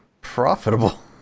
profitable